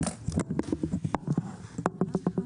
הישיבה ננעלה בשעה 12:50.